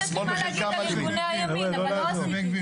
יש מה להגיד על ארגוני הימין אבל לא עשיתי את זה.